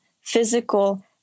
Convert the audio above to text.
physical